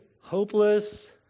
hopeless